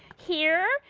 here,